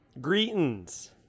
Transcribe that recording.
Greetings